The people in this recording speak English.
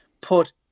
put